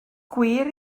gwir